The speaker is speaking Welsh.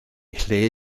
lle